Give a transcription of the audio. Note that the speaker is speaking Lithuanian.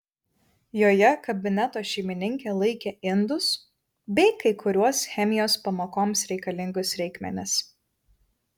joje kabineto šeimininkė laikė indus bei kai kuriuos chemijos pamokoms reikalingus reikmenis